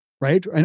right